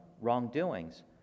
wrongdoings